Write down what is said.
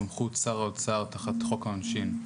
בסמכות שר האוצר תחת חוק העונשין.